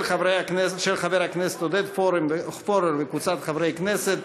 של חבר הכנסת עודד פורר וקבוצת חברי הכנסת.